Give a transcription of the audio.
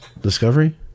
Discovery